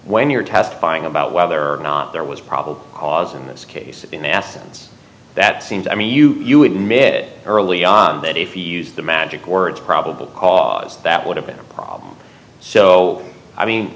when you're testifying about whether or not there was probable cause in this case the masses that seem to i mean you you admit early on that if you used the magic words probable cause that would have been a problem so i mean